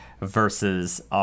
versus